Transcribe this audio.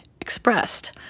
expressed